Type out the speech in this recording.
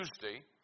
Tuesday